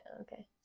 okay